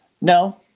No